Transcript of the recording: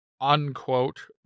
unquote